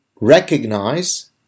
Recognize